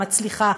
מצליחה,